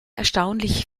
erstaunlich